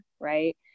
Right